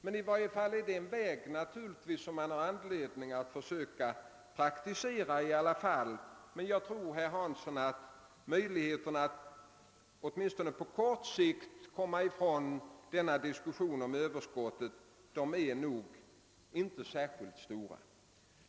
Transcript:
Men i varje fall är det den vägen man har anledning att försöka sig på i alla fall. Jag tror emellertid, herr Hansson i Skegrie, att möjligheterna att åtminstone på kort sikt komma ifrån denna dis kussion om överskottet nog inte är särskilt stora.